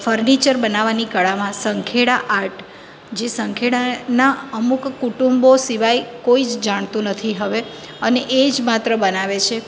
furniture બનાવવાની કળામાં Sankheda art જે સંખેળાના અમુક કુટુંબો સિવાય કોઈ જ જાણતું નથી હવે અને એ જ માત્ર બનાવે છે